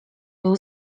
był